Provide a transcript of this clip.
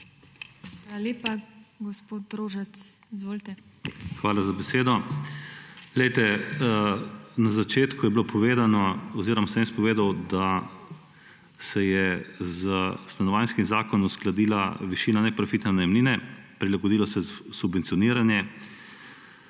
Hvala lepa. Gospod Rožac, izvolite. **ROBERT ROŽAC:** Hvala za besedo. Na začetku je bilo povedano oziroma sem povedal, da se je s Stanovanjskim zakonom uskladila višina neprofitne najemnine, prilagodilo se je subvencioniranje,